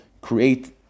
create